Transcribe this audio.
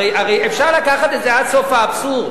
הרי אפשר לקחת את זה עד סוף האבסורד.